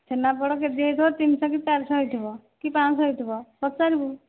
chhena poda K G ହୋଇଥିବ ତିନି ଶହ କି ଚାରି ଶହ ହୋଇଥିବ କି ପାଞ୍ଚଶହ ହୋଇଥିବ ପଚାରିବୁ